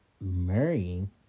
marrying